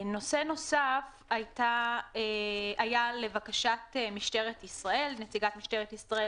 נושא נוסף היה לבקשת נציגת משטרת ישראל,